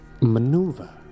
maneuver